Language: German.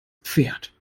pferd